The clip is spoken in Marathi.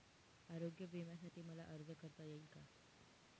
आरोग्य विम्यासाठी मला अर्ज करता येईल का?